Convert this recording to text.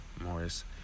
Morris